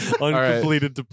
Uncompleted